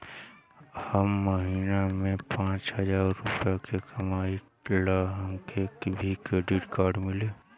हम महीना में पाँच हजार रुपया ही कमाई ला हमे भी डेबिट कार्ड मिली?